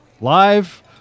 live